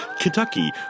Kentucky